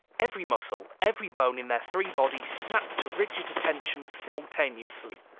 every muscle, every bone in their three bodies snapped to rigid attention simultaneously.